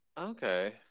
okay